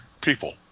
people